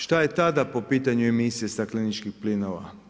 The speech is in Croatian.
Šta je tada po pitanju emisija stakleničkih plinova?